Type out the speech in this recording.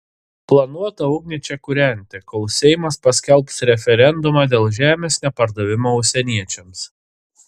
planuota ugnį čia kūrenti kol seimas paskelbs referendumą dėl žemės nepardavimo užsieniečiams